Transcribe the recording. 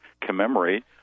commemorate